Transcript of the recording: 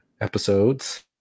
episodes